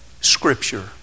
scripture